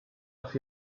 auf